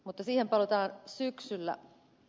mutta siihen palataan syksyllä